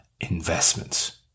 investments